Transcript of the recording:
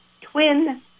twin